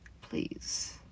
please